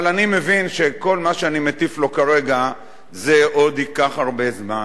אבל אני מבין שכל מה שאני מטיף לו כרגע עוד ייקח הרבה זמן.